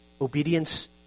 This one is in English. obedience